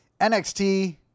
NXT